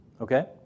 Okay